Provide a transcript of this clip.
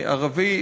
ערבי,